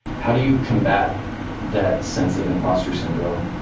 how do you combat that sense of imposter syndrome?